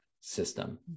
system